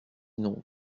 nom